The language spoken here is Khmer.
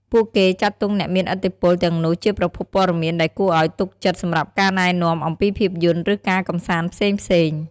ពួកគេចាត់ទុកអ្នកមានឥទ្ធិពលទាំងនោះជាប្រភពព័ត៌មានដែលគួរឱ្យទុកចិត្តសម្រាប់ការណែនាំអំពីភាពយន្ត ឬការកម្សាន្តផ្សេងៗ។